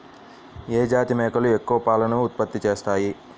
ఏ జాతి మేకలు ఎక్కువ పాలను ఉత్పత్తి చేస్తాయి?